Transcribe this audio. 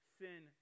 sin